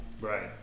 Right